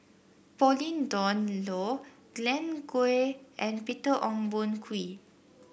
Pauline Dawn Loh Glen Goei and Peter Ong Boon Kwee